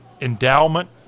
endowment